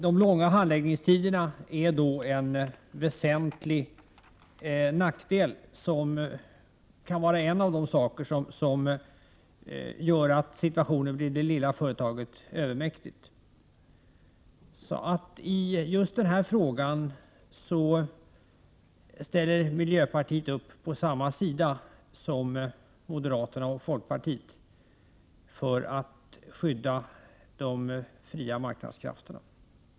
De långa handläggningstiderna är då en väsentlig nackdel som kan bidra till att situationen blir det lilla företaget övermäktig. Just i det här fallet sluter miljöpartiet upp på samma sida som moderaterna och folkpartiet för att skydda de fria marknadskrafterna. Herr talman!